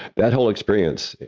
that whole experience,